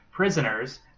Prisoners